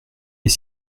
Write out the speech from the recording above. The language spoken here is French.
les